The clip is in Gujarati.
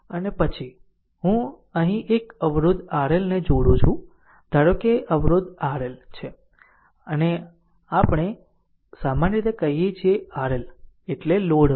અને પછી હું અહીં એક અવરોધ RL ને જોડું છું ધારો કે આ અવરોધ RL છે જેને આપણે સામાન્ય રીતે કહીએ છીએ RL એટલે લોડ અવરોધ